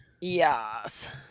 Yes